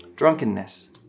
Drunkenness